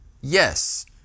Yes